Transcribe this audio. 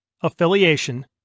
affiliation